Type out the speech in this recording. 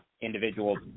individuals